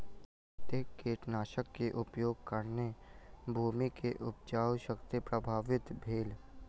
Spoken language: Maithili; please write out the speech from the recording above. अधिक कीटनाशक के उपयोगक कारणेँ भूमि के उपजाऊ शक्ति प्रभावित भेल